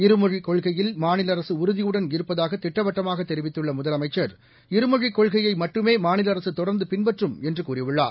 இருமொழிக் கொள்கையில் மாநில அரசு உறுதியுடன் இருப்பதாக திட்டவட்டமாக தெரிவித்துள்ள முதலமைச்சர் இருமொழிக் கொள்கையை மட்டுமே மாநில அரசு தொடர்ந்து பின்பற்றும் என்று கூறியுள்ளார்